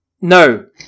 No